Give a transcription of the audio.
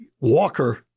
Walker